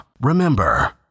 Remember